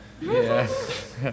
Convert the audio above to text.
Yes